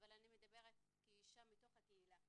אבל אני מדברת כאישה מתוך הקהילה,